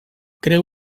creu